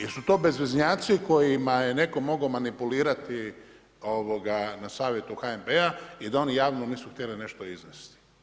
Jesu to bezveznjaci kojima je netko mogao manipulirati na savjetu HNB-a i da oni javno nisu htjeli nešto iznesti?